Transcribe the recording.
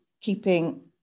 keeping